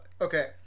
Okay